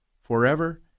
Forever